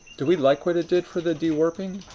do we like what it did for the de-warping?